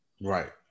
Right